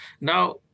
Now